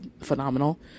phenomenal